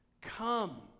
come